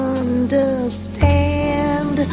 understand